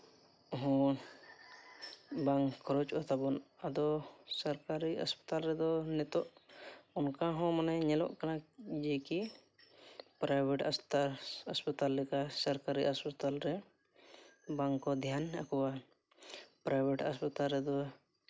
ᱦᱚᱸ ᱵᱟᱝ ᱠᱷᱚᱨᱚᱪᱚᱜ ᱛᱟᱵᱚᱱ ᱟᱫᱚ ᱥᱚᱨᱠᱟᱨᱤ ᱦᱟᱥᱯᱟᱛᱟᱞ ᱨᱮᱫᱚ ᱱᱤᱛᱚᱜ ᱚᱱᱠᱟ ᱦᱚᱸ ᱧᱮᱞᱚᱜ ᱠᱟᱱᱟ ᱡᱮ ᱠᱤ ᱯᱨᱟᱭᱵᱷᱮᱹᱴ ᱦᱟᱥᱯᱟᱛᱟᱞ ᱦᱟᱥᱯᱟᱛᱟᱞ ᱞᱮᱠᱟ ᱥᱚᱨᱠᱟᱨᱤ ᱦᱟᱥᱯᱟᱛᱟᱞ ᱨᱮ ᱵᱟᱝᱠᱚ ᱫᱷᱮᱭᱟᱱ ᱟᱠᱚᱣᱟ ᱯᱨᱟᱭᱵᱷᱮᱹᱴ ᱦᱟᱥᱯᱟᱛᱟᱞ ᱨᱮᱫᱚ